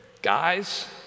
Guys